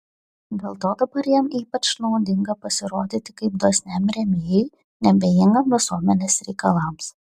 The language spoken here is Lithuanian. dėl to dabar jam ypač naudinga pasirodyti kaip dosniam rėmėjui neabejingam visuomenės reikalams